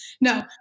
No